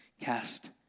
cast